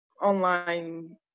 online